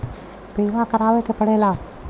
बीमा करावे के पड़ेला